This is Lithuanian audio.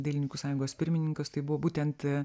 dailininkų sąjungos pirmininkus tai buvo būtent